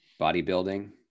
bodybuilding